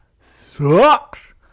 sucks